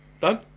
done